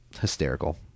hysterical